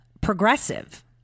progressive